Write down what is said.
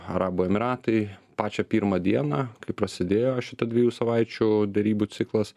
arabų emyratai pačią pirmą dieną kai prasidėjo šita dviejų savaičių derybų ciklas